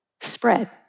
spread